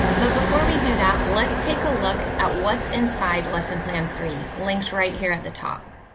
but before we do that, let's take a look at what's inside lesson plan three linked right here at the top.